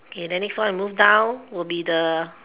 okay then next one I move down will be the